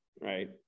right